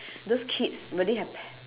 those kids really have